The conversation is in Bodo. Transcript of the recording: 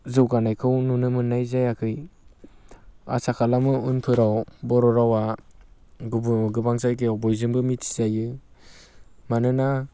जौगानायखौ नुनो मोननाय जायाखै आसा खालामो उनफोराव बर' रावआ गोबां जायगायाव बयजोंबो मिथिजायो मानोना